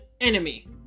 enemy